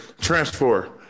transfer